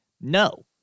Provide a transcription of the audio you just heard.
No